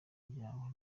byanjye